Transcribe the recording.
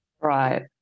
Right